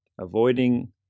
Avoiding